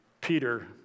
Peter